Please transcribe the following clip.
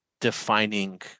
defining